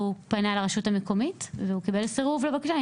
הוא פנה לרשות המקומית וקיבל סירוב לבקשה.